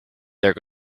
there